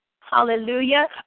hallelujah